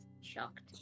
shocked